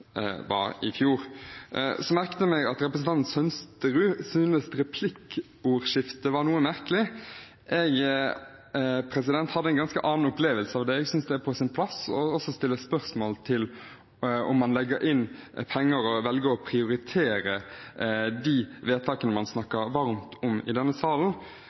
var noe merkelig. Jeg hadde en ganske annen opplevelse av det. Jeg synes det er på sin plass å stille spørsmål om hvorvidt man legger inn penger når man velger å prioritere de vedtakene man snakker varmt om i denne salen.